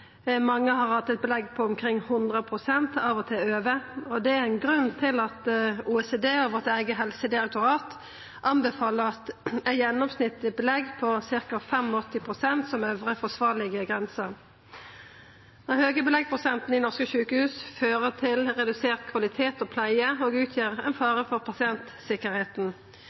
mange år. Mange har hatt eit belegg på omkring 100 pst., av og til over. Det er ein grunn til at OECD og vårt eige helsedirektorat anbefaler eit gjennomsnittleg belegg på ca. 85 pst. som øvre forsvarlege grense. Den høge beleggsprosenten i norske sjukehus fører til redusert kvalitet og pleie og utgjer ein fare for